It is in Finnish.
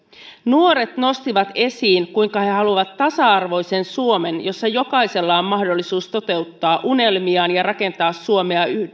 nuoret nostivat esiin kuinka he haluavat tasa arvoisen suomen jossa jokaisella on mahdollisuus toteuttaa unelmiaan ja rakentaa